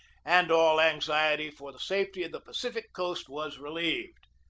and all anxiety for the safety of the pacific coast was re lieved.